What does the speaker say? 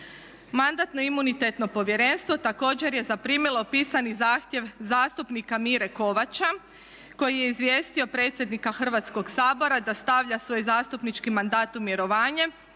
Mandatno-imunitetno povjerenstvo također je zaprimilo pisani zahtjev zastupnika Mire Kovača kojim je izvijestio predsjednika Hrvatskog sabora da stavlja svoj zastupnički mandat u mirovanje